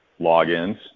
logins